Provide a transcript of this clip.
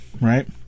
right